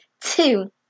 two